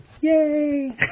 yay